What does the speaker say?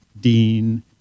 dean